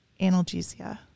analgesia